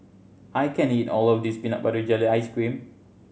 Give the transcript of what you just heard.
I can't eat all of this peanut butter jelly ice cream